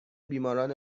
بیماران